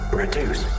reduce